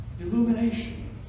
illumination